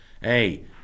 Hey